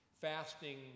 fasting